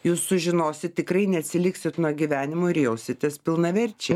jūs sužinosit tikrai neatsiliksit nuo gyvenimo ir jausitės pilnaverčiai